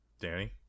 Danny